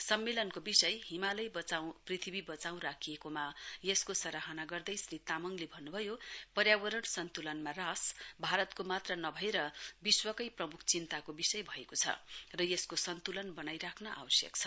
सम्मेलनको विषय हिमालय वचाउँ पृथ्वी वचाउँ राखिएकोमा यसको सराहना गर्दै श्री तामङले भन्नुभयो पर्यावरण सन्तुलनमा ह्रास भारतको मात्र नभएर विश्वकै प्रमुख चिन्ताको विषय भएको छ र यसको सन्तुलन बनाइ राख्न आवश्यक छ